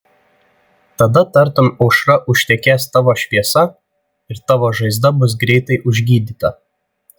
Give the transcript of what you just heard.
tada tartum aušra užtekės tavo šviesa ir tavo žaizda bus greitai užgydyta